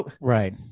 right